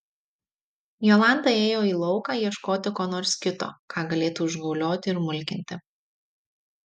jolanta ėjo į lauką ieškoti ko nors kito ką galėtų užgaulioti ir mulkinti